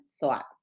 thought